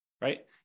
right